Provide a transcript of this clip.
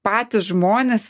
patys žmonės